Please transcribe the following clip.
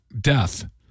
death